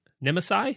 Nemesis